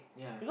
yeah